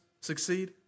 succeed